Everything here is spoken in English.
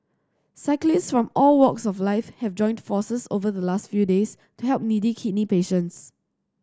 cyclists from all walks of life have joined forces over the last few days to help needy kidney patients